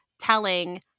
telling